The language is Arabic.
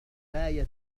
غاية